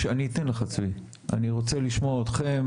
אני אתן לך, צבי אני רוצה לשמוע אתכם.